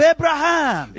Abraham